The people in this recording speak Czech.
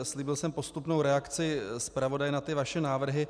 Slíbil jsem postupnou reakci zpravodaje na vaše návrhy.